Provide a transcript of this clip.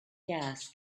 gas